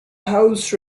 house